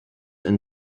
and